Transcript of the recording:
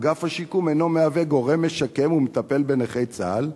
אגף השיקום אינו מהווה גורם משקם ומטפל בנכי צה"ל,